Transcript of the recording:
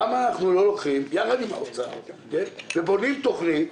למה אנחנו לא הולכים ביחד עם משרד האוצר ובונים תוכנית?